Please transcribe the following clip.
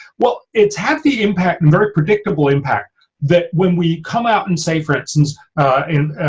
well, it's had the impact and very predictable impact that when we come out and say for instance in